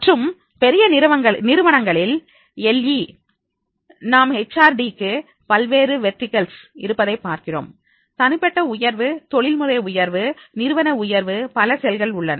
மற்றும் பெரிய நிறுவனங்களில் எல் இ நாம் எச் ஆர் டி க்கு பல்வேறு வேர்டிகல்ஸ் இருப்பதைப் பார்க்கிறோம் தனிப்பட்ட உயர்வு தொழில்முறை உயர்வு நிறுவன உயர்வு பல செல்கள் உள்ளன